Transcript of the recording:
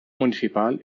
municipal